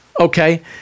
Okay